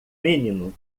menino